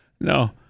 No